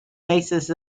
basis